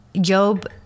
Job